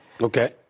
Okay